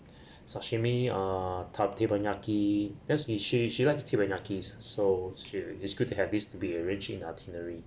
sashimi uh teppanyaki just she she likes teppanyaki so she it's good to have this to be arranging itinerary